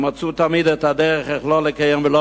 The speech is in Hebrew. הם מצאו תמיד את הדרך לא לקיים ולא